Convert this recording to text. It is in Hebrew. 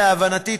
להבנתי,